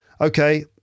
Okay